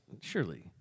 surely